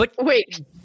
Wait